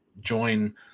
join